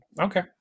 Okay